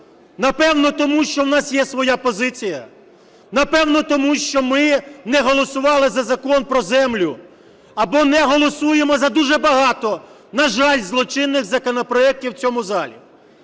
Напевно тому, що у нас є своя позиція. Напевно тому, що ми не голосували за Закон про землю, або не голосуємо за дуже багато, на жаль, злочинних законопроектів в цьому залі.